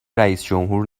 رییسجمهور